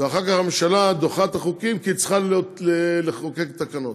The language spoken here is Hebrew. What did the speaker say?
ואחר כך הממשלה דוחה את החוקים כי היא צריכה להתקין תקנות.